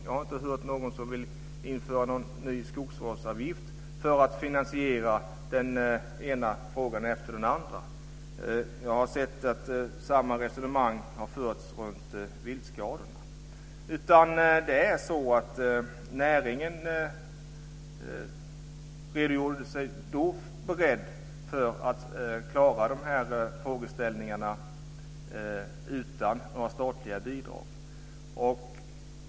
Jag har inte hört att någon vill införa en ny skogsvårdsavgift för att finansiera den ena frågan efter den andra. Jag har sett samma resonemang föras om viltskadorna. Näringen gjorde sig i stället beredd att klara de här frågorna utan några statliga bidrag.